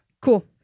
Cool